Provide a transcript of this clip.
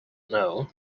know